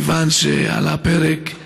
מכיוון שעל הפרק,